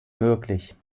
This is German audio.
möglich